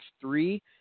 three